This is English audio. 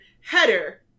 header